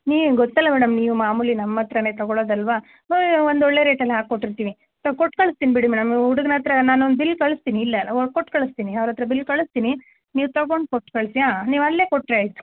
ನೀವು ಗೊತ್ತಲ್ಲ ಮೇಡಮ್ ನೀವು ಮಾಮೂಲಿ ನಮ್ಮ ಹತ್ರವೇ ತಗೊಳೊದಲ್ಲವಾ ಸೋ ಒಂದು ಒಳ್ಳೆಯ ರೇಟಲ್ಲೆ ಹಾಕ್ಕೊಟ್ಟಿರ್ತೀನಿ ಸೊ ಕೊಟ್ಟು ಕಳಿಸ್ತೀನಿ ಬಿಡಿ ಮೇಡಮ್ ಈ ಹುಡುಗನ ಹತ್ರ ನಾನು ಬಿಲ್ ಕಳಿಸ್ತೀನಿ ಇಲ್ಲೇ ಅಲಾ ಕೊಟ್ಟು ಕಳಿಸ್ತೀನಿ ಅವ್ರ ಹತ್ರ ಬಿಲ್ ಕಳಿಸ್ತೀನಿ ನೀವು ತಗೊಂಡು ಕೊಟ್ಟು ಕಳಿಸಿ ಆಂ ನೀವು ಅಲ್ಲೇ ಕೊಟ್ಟರೆ ಆಯಿತು